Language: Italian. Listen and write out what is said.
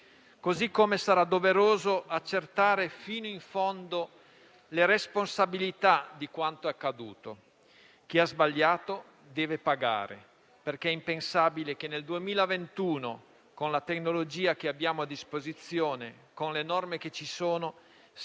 modo sarà doveroso accertare fino in fondo le responsabilità di quanto accaduto. Chi ha sbagliato deve pagare, perché è impensabile che nel 2021, con la tecnologia che abbiamo a disposizione, con le norme che ci sono,